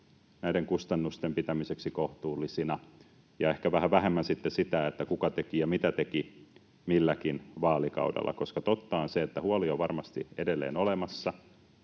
näiden kustannusten pitämiseksi kohtuullisina, ja ehkä vähän vähemmän sitten sitä, että kuka teki ja mitä teki milläkin vaalikaudella — koska totta on, että huoli on varmasti edelleen olemassa.